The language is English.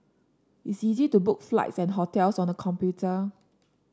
it is easy to book flights and hotels on the computer